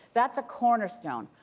that's a cornerstone.